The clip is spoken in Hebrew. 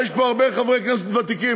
יש פה הרבה חברי כנסת ותיקים.